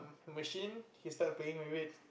machine he start playing with it